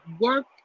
work